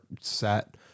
set